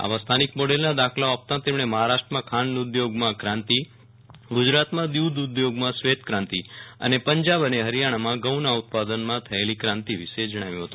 આવા સ્થાનિક મોડેલના દાખલાઓ આપતાં તેમણે મહારાષ્ટ્રમાં ખાંડ ઉદ્યોગમાં ક્રાંતિ ગુજરાતમાં દૂધ ઉદ્યોગમાં શ્વેતક્રાંતિ અને પંજાબ અને હરિયાણામાં ઘઉંના ઉત્પાદનમાં થયેલી ક્રાંતિ વિશે જણાવ્યું હતું